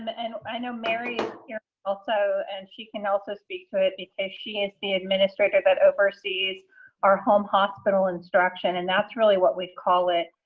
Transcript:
um and i know merry is here also and she can also speak to it because she is the administrator that oversees our home hospital instruction, and that's really what we call it.